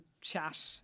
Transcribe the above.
chat